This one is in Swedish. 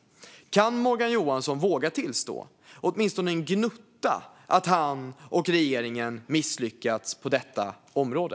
Kan Morgan Johansson våga tillstå, åtminstone en gnutta, att han och regeringen misslyckats på detta område?